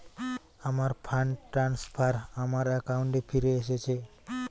আমার fund transfer আমার অ্যাকাউন্টে ফিরে এসেছে